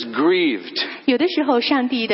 grieved